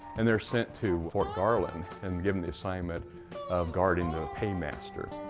and they're sent to fort garland and given the assignment of guarding the paymaster.